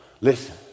Listen